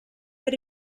per